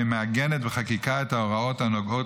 והיא מעגנת בחקיקה את ההוראות הנוגעות